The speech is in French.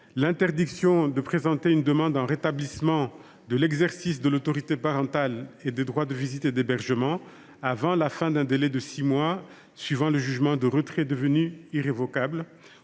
l’interdiction de présenter une demande en rétablissement de l’exercice de l’autorité parentale et des droits de visite et d’hébergement avant la fin d’un délai de six mois suivant le jugement de retrait devenu irrévocable